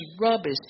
rubbish